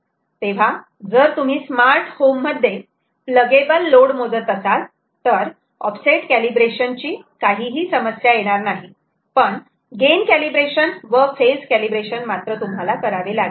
तेव्हा जर तुम्ही स्मार्ट होम मध्ये प्लगएबल लोड मोजत असाल तर ऑफसेट कॅलिब्रेशन ची काहीही समस्या येणार नाही पण गेन कॅलिब्रेशन व फेज कॅलिब्रेशन मात्र तुम्हाला करावे लागेल